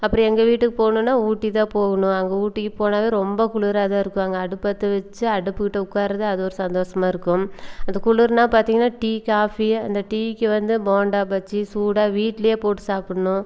அப்புறம் எங்கள் வீட்டுக்கு போகணும்னா ஊட்டி தான் போகணும் அங்கே ஊட்டிக்கு போனாவே ரொம்ப குளிராக தான் இருக்கும் அங்கே அடுப்பு பற்றவச்சு அடுப்புக்கிட்ட உட்கார்றது அது ஒரு சந்தோசமாக இருக்கும் அந்த குளிர்னா பார்த்தீங்கன்னா டீ காஃபி அந்த டீக்கு வந்து போண்டா பஜ்ஜி சூடாக வீட்டிலையே போட்டு சாப்பிட்ணும்